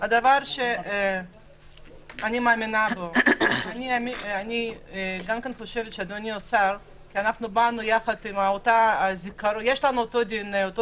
אני חושבת שבאנו יחד, אדוני השר, עם אותו זיכרון.